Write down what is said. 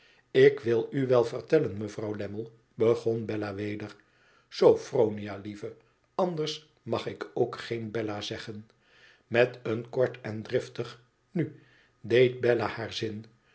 ik wü u wel vertellen mevrouw lammie begon bella weder sophronia lieve anders mag ik ook geen bella zeggen met een kort en driftig nu deed bella haarzin inu